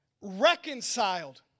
reconciled